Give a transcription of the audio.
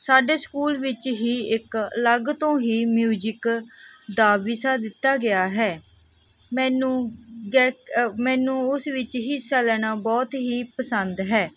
ਸਾਡੇ ਸਕੂਲ ਵਿੱਚ ਹੀ ਇੱਕ ਅਲੱਗ ਤੋਂ ਹੀ ਮਿਊਜਿਕ ਦਾ ਵਿਸ਼ਾ ਦਿੱਤਾ ਗਿਆ ਹੈ ਮੈਨੂੰ ਗਾਇਕ ਮੈਨੂੰ ਉਸ ਵਿੱਚ ਹਿੱਸਾ ਲੈਣਾ ਬਹੁਤ ਹੀ ਪਸੰਦ ਹੈ